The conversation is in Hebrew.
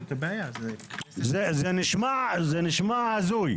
זה נשמע הזוי.